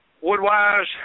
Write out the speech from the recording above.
Wood-wise